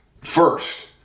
first